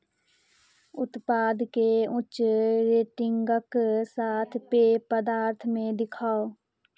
उत्पादकेँ उच्च रेटिंगक साथ पेय पदार्थमे देखाउ